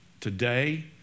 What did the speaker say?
today